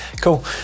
cool